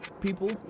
people